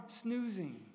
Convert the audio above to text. snoozing